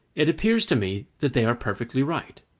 it appears to me that they are perfectly right.